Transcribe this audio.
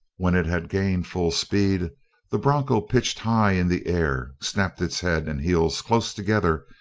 when it had gained full speed the broncho pitched high in the air, snapped its head and heels close together,